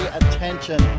attention